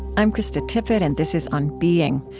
i'm krista tippett, and this is on being.